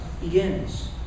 begins